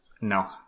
No